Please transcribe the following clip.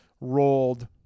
rolled